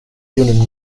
union